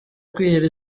kwihera